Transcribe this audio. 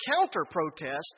counter-protest